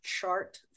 chart